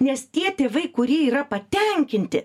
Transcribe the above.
nes tie tėvai kurie yra patenkinti